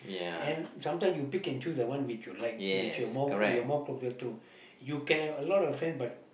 and sometimes you pick into the one which you life which you are more you are more comfort too you can have a lot of friends but